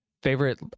Favorite